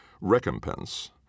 recompense